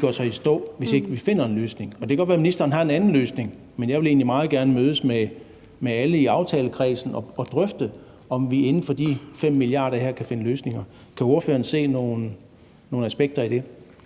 går i stå, hvis ikke vi finder en løsning. Og det kan godt være, at ministeren har en anden løsning, men jeg vil egentlig meget gerne mødes med alle i aftalekredsen og drøfte, om vi inden for de 5 mia. kr. her kan finde løsninger. Kan ordføreren se nogle aspekter i det?